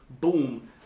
boom